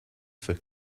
for